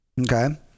Okay